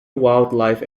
wildlife